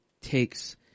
takes